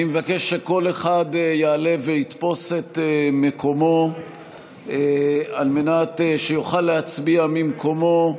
אני מבקש שכל אחד יעלה ויתפוס את מקומו על מנת שיוכל להצביע ממקומו.